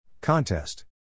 Contest